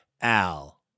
Al